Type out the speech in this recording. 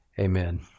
amen